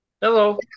Hello